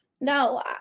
No